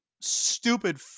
stupid